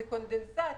זה קונדנסט,